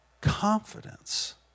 confidence